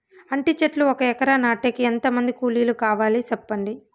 అంటి చెట్లు ఒక ఎకరా నాటేకి ఎంత మంది కూలీలు కావాలి? సెప్పండి?